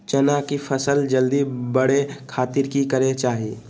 चना की फसल जल्दी बड़े खातिर की करे के चाही?